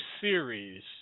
series